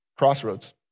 crossroads